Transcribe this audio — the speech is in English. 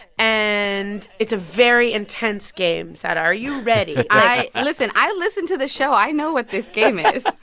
and it's a very intense game. sarah, are you ready? i listen, i listen to the show. i know what this game is yeah.